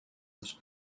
los